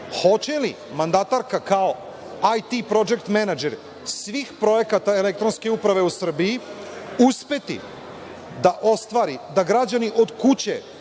hoće li mandatarka kao IT project menadžer svih projekata elektronske uprave u Srbiji uspeti da ostvari da građani od kuće